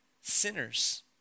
sinners